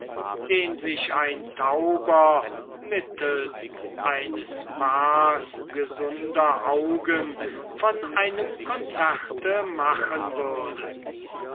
den sich ein tauber mittelst eines paars gesunder augen von einem concerte machen würde